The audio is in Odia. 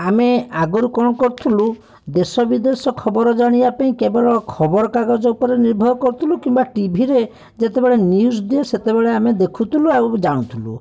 ଆମେ ଆଗରୁ କଣ କରୁଥିଲୁ ଦେଶ ବିଦେଶ ଖବର ଜାଣିବାପାଇଁ କେବଳ ଖବରକାଗଜ ଉପରେ ନିର୍ଭର କରୁଥିଲୁ କିମ୍ବା ଟିଭିରେ ଯେତେବେଳେ ନିଉଜ୍ ଦିଏ ସେତେବେଳେ ଆମେ ଦେଖୁଥିଲୁ ଆଉ ଜାଣୁଥିଲୁ